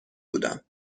بودم